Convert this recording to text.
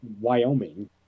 Wyoming